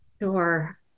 Sure